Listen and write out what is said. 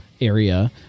area